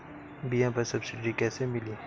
बीया पर सब्सिडी कैसे मिली?